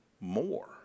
more